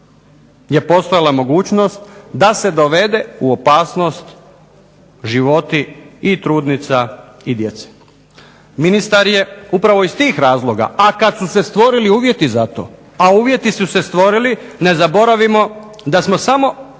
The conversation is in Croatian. je postojala mogućnost da se dovedu u opasnost životi i trudnica i djece. Ministar je upravo iz tih razloga, a kad su se stvorili uvjeti za to, a uvjeti su se stvorili ne zaboravimo da smo samo